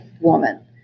woman